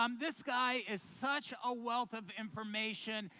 um this guy is such a wealth of information.